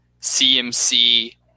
CMC